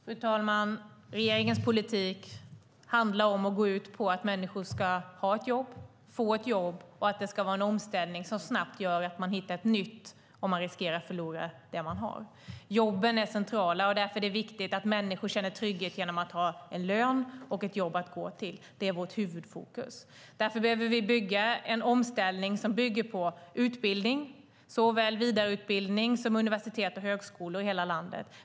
Fru talman! Regeringens politik handlar om och går ut på att människor ska ha jobb eller få jobb och att det ska vara en omställning som gör att man snabbt hittar ett nytt jobb om man riskerar att förlora det man har. Jobben är centrala, och därför är det viktigt att människor känner trygghet genom att ha en lön och ett jobb att gå till. Detta är vårt huvudfokus. Därför behöver vi bygga omställningen på utbildning - såväl vidareutbildning som universitets och högskoleutbildning i hela landet.